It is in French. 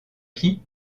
qui